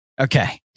Okay